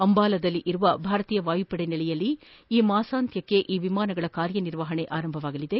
ಅಂಬಾಲದಲ್ಲಿರುವ ಭಾರತೀಯ ವಾಯುಪಡೆ ನೆಲೆಯಲ್ಲಿ ಈ ತಿಂಗಳಾಂತ್ಯಕ್ಕೆ ಈ ವಿಮಾನಗಳ ಕಾರ್ಯ ನಿರ್ವಹಣೆ ಆರಂಭವಾಗಲಿದೆ